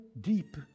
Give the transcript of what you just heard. deep